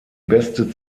beste